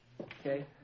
Okay